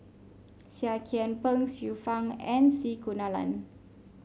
Seah Kian Peng Xiu Fang and C Kunalan